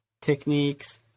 techniques